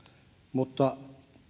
mutta